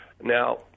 Now